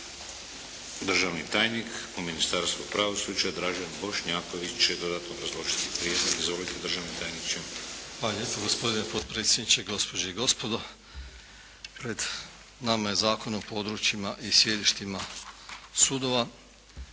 Državni tajnik u Ministarstvu pravosuđa, Dražen Bošnjaković će dodatno obrazložiti prijedlog. Izvolite državni tajniče. **Bošnjaković, Dražen (HDZ)** Hvala lijepo gospodine potpredsjedniče. Gospođe i gospodo, pred nama je Zakon o područjima i sjedištima sudova.